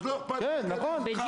אז לא איכפת בכלל להיכנס.